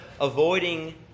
avoiding